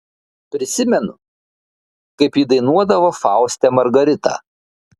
prisimenu kaip ji dainuodavo fauste margaritą